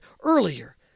earlier